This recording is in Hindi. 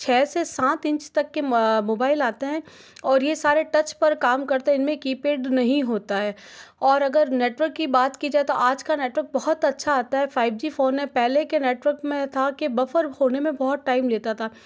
छः से सात इंच तक के मोबाइल आते हैं और यह सारे टच पर काम करते इनमें कीपैड नहीं होता है और अगर नेटवर्क की बात की जाए तो आज का नेटवर्क बहुत अच्छा आता है फाइव जी फ़ोन है पहले के नेटवर्क में था कि बफ़र होने में बहुत टाइम लेता था